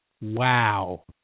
wow